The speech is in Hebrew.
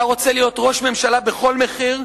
אתה רוצה להיות ראש ממשלה בכל מחיר,